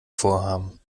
vorhaben